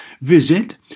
Visit